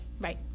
right